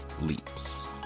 Leaps